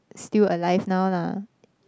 still alive now lah